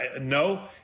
No